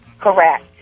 Correct